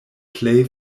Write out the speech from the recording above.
plej